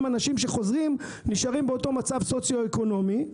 אנשים שחוזרים ונשארים באותו מצב סוציו-אקונומי.